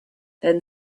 then